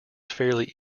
fairly